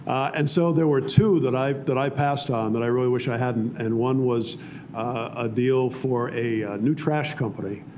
and so there were two that i that i passed on that i really wish i hadn't. and one was a deal for a new trash company.